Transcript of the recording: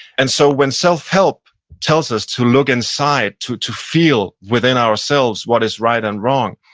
and so when self-help tells us to look inside, to to feel within ourselves what is right and wrong,